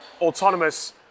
autonomous